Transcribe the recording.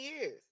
years